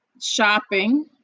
Shopping